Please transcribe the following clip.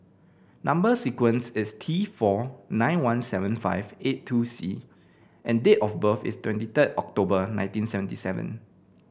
number sequence is T four nine one seven five eight two C and date of birth is twenty three October nineteen seventy seven